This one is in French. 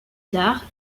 tard